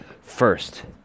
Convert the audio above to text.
first